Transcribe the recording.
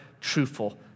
truthful